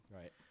Right